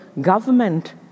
government